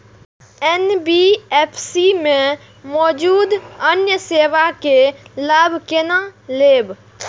NBFC में मौजूद अन्य सेवा के लाभ केना लैब?